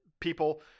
people